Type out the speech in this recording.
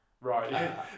Right